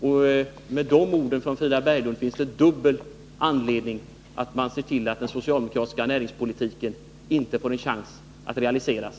Efter de orden från Frida Berglund finns det dubbel anledning att se till, att den socialdemokratiska näringspolitiken inte får en chans att realiseras.